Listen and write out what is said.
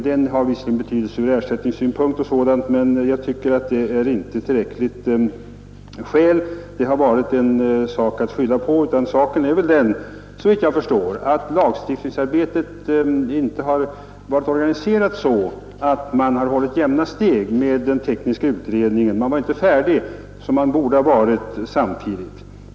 Den har visserligen betydelse från ersättningssynpunkt och sådant, men det är inte ett tillräckligt skäl att skylla på. Saken är, såvitt jag förstår, den att lagstiftningsarbetet inte har varit organiserat så att man har hållit jämna steg med den tekniska utredningen. Utredningarna var inte färdiga samtidigt, vilket de borde ha varit.